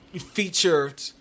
featured